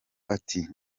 ati